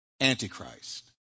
Antichrist